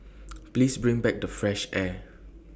please bring back the fresh air